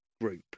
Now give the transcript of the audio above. group